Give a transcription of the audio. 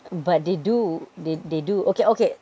but they do they do okay okay